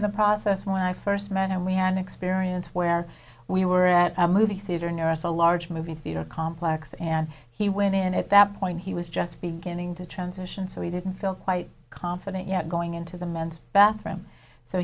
of the process when i first met and we had an experience where we were at a movie theater near us a large movie theater complex and he went in and at that point he was just beginning to transition so he didn't feel quite confident yet going into the men's bathroom so